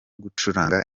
gucuranga